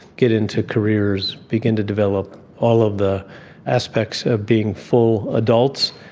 get into careers, begin to develop all of the aspects of being full adults.